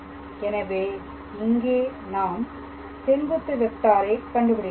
எனவே இங்கே நாம் செங்குத்து வெக்டாரை கண்டுபிடிக்க வேண்டும்